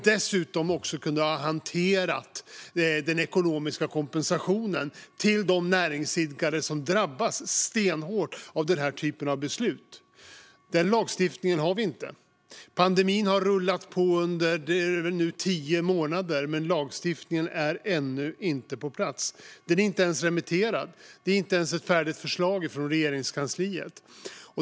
Dessutom hade vi kunnat hantera den ekonomiska kompensationen till de näringsidkare som drabbas stenhårt av den här typen av beslut. Den lagstiftningen har vi inte. Pandemin har rullat på nu under tio månader, men lagstiftningen är ännu inte på plats. Den är inte ens remitterad. Det är inte ens ett färdigt förslag från Regeringskansliet.